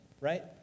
right